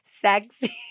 Sexy